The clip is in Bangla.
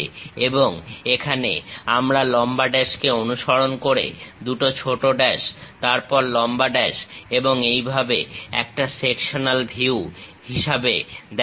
এবং এখানে আমরা লম্বা ড্যাশকে অনুসরণ করে দুটো ছোট ড্যাশ তারপর লম্বা ড্যাশ এবং এইভাবে একটা সেকশনাল ভিউ হিসাব দেখাচ্ছি